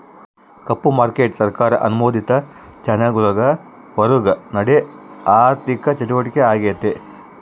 ಕಪ್ಪು market ಸರ್ಕಾರ ಅನುಮೋದಿತ ಚಾನೆಲ್ಗುಳ್ ಹೊರುಗ ನಡೇ ಆಋಥಿಕ ಚಟುವಟಿಕೆ ಆಗೆತೆ